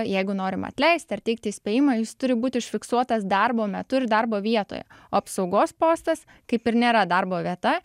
jeigu norim atleisti ar teikt įspėjimą jis turi būti užfiksuotas darbo metu ir darbo vietoje o apsaugos postas kaip ir nėra darbo vieta